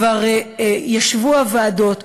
כבר ישבו הוועדות,